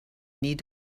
need